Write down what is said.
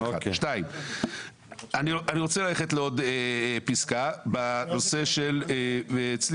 אני רוצה ללכת לסעיף 4 אצלי.